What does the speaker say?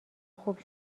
خوب